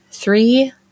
Three